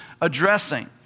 addressing